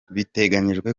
biteganyijwe